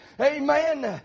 Amen